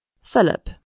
Philip